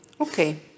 okay